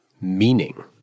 meaning